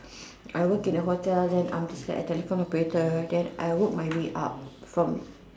I work in a hotel then I am just like a telecomm operator then I work my way up from